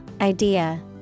idea